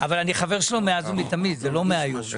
אבל אני חבר שלו מאז ומתמיד, לא רק מהיום.